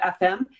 FM